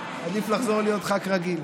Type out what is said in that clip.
עדיף לחזור להיות ח"כ רגיל.